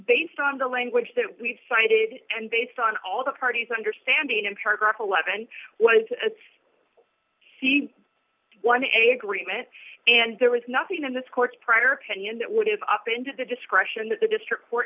based on the language that we've cited and based on all the parties understanding and paragraph eleven was to see one a agreement and there was nothing in this court's prior opinion that would have up into the discretion that the district